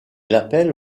l’appelle